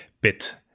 bit